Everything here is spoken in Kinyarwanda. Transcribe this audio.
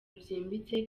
byimbitse